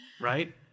Right